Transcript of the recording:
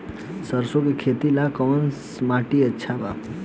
सरसों के खेती ला कवन माटी अच्छा बा?